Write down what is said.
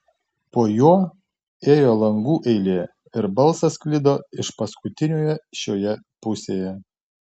po juo ėjo langų eilė ir balsas sklido iš paskutiniojo šioje pusėje